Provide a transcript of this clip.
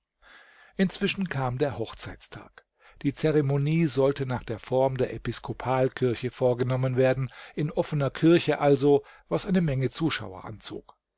inzwischen kam der hochzeitstag die zeremonie sollte nach der form der episkopalkirche vorgenommen werden in offener kirche also was eine menge zuschauer anzog